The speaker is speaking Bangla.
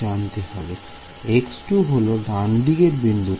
X2 হল ডানদিকের বিন্দুটা